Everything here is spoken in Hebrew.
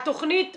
התכנית מוכנה?